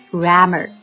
grammar